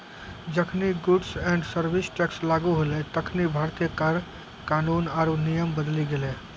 जखनि goods and service tax लागू होलै तखनि भारतीय कर कानून आरु नियम बदली गेलै